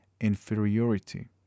inferiority